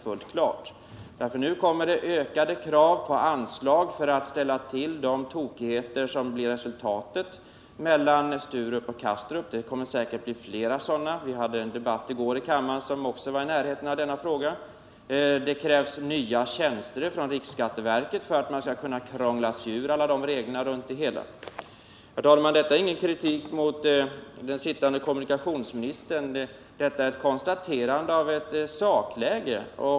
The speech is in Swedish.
Nu framställs nämligen ökade krav på anslag för att ställa till rätta de tokigheter som blir resultatet av konkurrensen mellan Sturup och Kastrup, och det kommer säkert att framställas fler. Vi förde i går en debatt i kammaren som också var i närheten av de här frågorna. Riksskatteverket kräver nya tjänster för att krångla sig ur alla regler. Herr talman! Det jag nu säger innebär inte någon kritik mot den sittande kommunikationsministern, det är bara ett konstaterande av ett sakläge.